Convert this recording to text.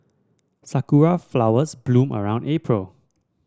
sakura flowers bloom around April